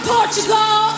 Portugal